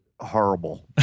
horrible